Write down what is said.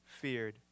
feared